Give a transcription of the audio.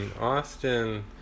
austin